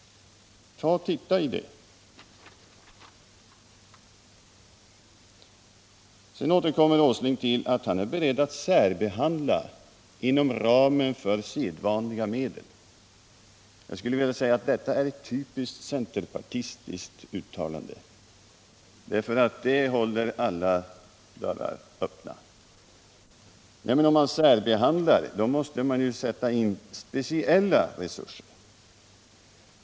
Ta och titta i det! Sedan återkommer Nils Åsling till att han är beredd att särbehandla ”inom ramen för sedvanliga medel”. Jag skulle vilja säga att detta är ett typiskt centerpartistiskt uttalande, därför att det håller alla dörrar öppna. Om man särbehandlar måste man sätta in speciella resurser.